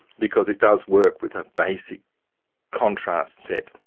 because it does work with a basic contrast set,